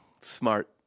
Smart